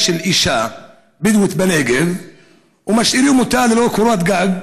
של אישה בדואית בנגב ומשאירים אותה ללא קורת גג,